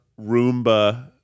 Roomba